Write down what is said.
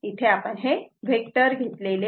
इथे आपण हे वेक्टर घेतले आहेत